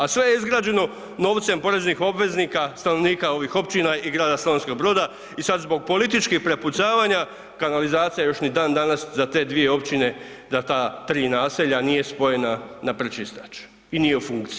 A sve je izgrađeno novcem poreznih obveznika, stanovnika ovih općina i grada Slavonskog Broda i sad zbog političkih prepucavanja, kanalizacija još ni dandanas za te dvije općine, za ta 3 naselja nije spojena na pročistač i nije u funkciji.